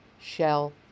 Shell